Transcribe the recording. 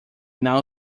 now